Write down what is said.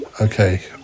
okay